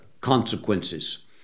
consequences